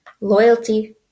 Loyalty